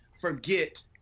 forget